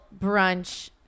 brunch